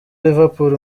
liverpool